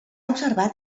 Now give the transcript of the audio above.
observat